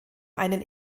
einen